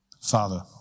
Father